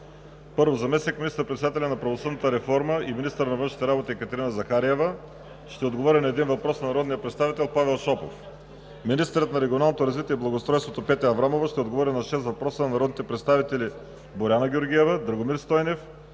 1. Заместник министър-председателят по правосъдната реформа и министър на външните работи Екатерина Захариева ще отговори на един въпрос от народния представител Павел Шопов. 2. Министърът на регионалното развитие и благоустройството Петя Аврамова ще отговори на шест въпроса от народните представители Боряна Георгиева; Драгомир Стойнев;